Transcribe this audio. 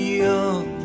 young